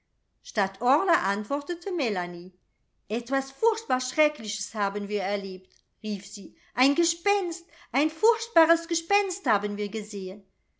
orla antwortete melanie etwas furchtbar schreckliches haben wir erlebt rief sie ein gespenst ein furchtbares gespenst haben wir gesehen